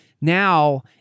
Now